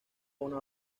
una